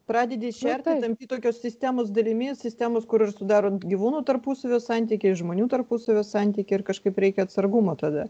pradedi šerti ten tokios sistemos dalimi sistemos kuri sudaro gyvūnų tarpusavio santykiai žmonių tarpusavio santykiai ir kažkaip reikia atsargumo tada